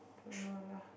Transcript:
don't know lah